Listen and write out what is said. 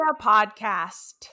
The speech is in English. podcast